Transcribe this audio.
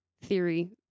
theory